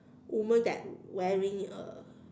woman that wearing a